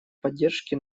поддержки